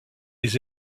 les